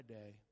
day